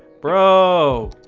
bro